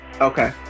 Okay